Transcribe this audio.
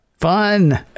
fun